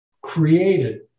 created